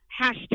hashtag